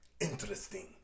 interesting